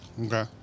Okay